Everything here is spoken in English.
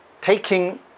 taking